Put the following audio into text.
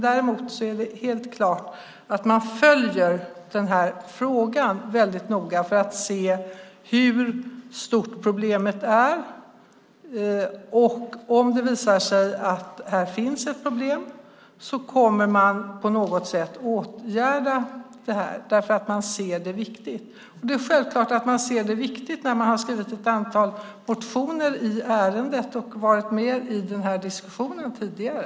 Däremot är det helt klart att man följer frågan väldigt noga för att se hur stort problemet är. Om det visar sig att det finns ett problem kommer man att på något sätt åtgärda det därför att man ser det som viktigt. Det är självklart att man anser att det är viktigt när man har skrivit ett antal motioner i ärendet och varit med i diskussionen tidigare.